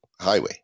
highway